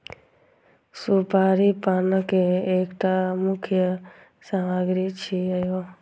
सुपारी पानक एकटा मुख्य सामग्री छियै